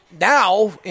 now